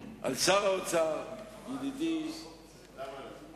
תהית כמה זמן נותר